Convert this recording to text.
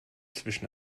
zwischen